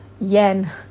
yen